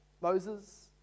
Moses